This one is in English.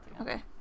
Okay